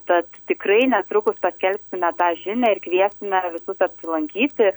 tad tikrai netrukus paskelbsime tą žinią ir kviestime visus apsilankyti